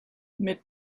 mit